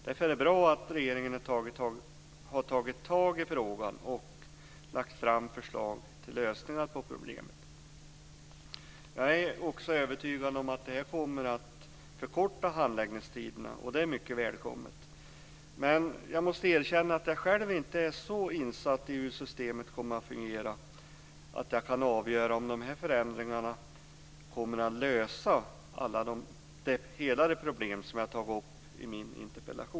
Därför är det bra att regeringen har tagit tag i frågan och lagt fram förslag till lösningar på problemet. Jag är också övertygad om att det här kommer att förkorta handläggningstiderna, och det är mycket välkommet. Jag måste erkänna att jag själv inte är så insatt i hur systemet kommer att fungera att jag kan avgöra om dessa förändringar kommer att lösa hela det problem som jag har tagit upp i min interpellation.